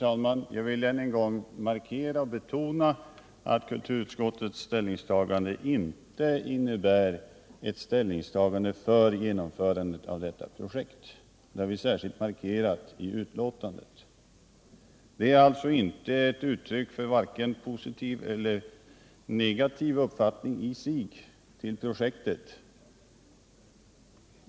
Herr talman! Jag vill än en gång betona att kulturutskottets ställningstagande inte innebär ett ställningstagande för genomförandet av Nordsatprojektet. Det har vi särskilt markerat i betänkandet. Utskottets ställningstagande är alltså inte ett uttryck för vare sig positiv eller negativ uppfattning till projektet i sig.